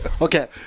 Okay